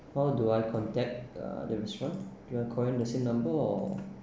how do I contact uh the restaurant do I call in the same number or